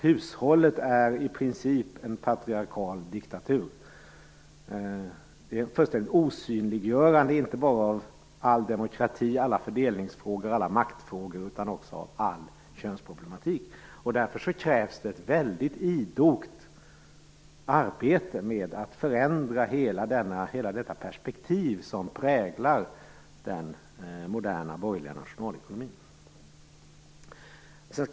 Hushållet är i princip en patriarkal diktatur - ett fullständigt osynliggörande inte bara av all demokrati, alla fördelningsfrågor och alla maktfrågor utan också av all könsproblematik. Därför krävs det ett väldigt idogt arbete för att förändra hela det perspektiv som präglar den moderna borgerliga nationalekonomin.